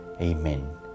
Amen